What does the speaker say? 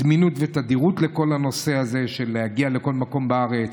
כל הנושא הזה של זמינות ותדירות כדי להגיע לכל מקום בארץ.